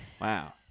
Wow